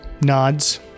nods